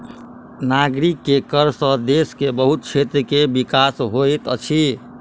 नागरिक के कर सॅ देश के बहुत क्षेत्र के विकास होइत अछि